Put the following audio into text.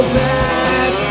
back